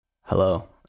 Hello